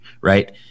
right